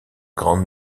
grande